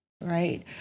Right